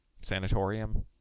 Sanatorium